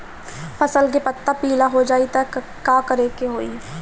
फसल के पत्ता पीला हो जाई त का करेके होई?